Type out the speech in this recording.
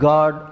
God